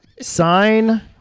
Sign